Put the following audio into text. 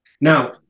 Now